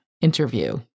interview